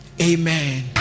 amen